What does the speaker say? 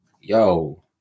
Yo